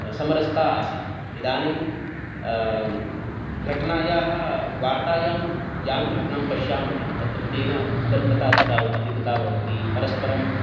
समरसता आसीत् इदानीं घटनायाः वार्तायां यां घटनां पश्यामः तत्र तेन उद्दण्डता अधिका अधिकता भवति परस्परं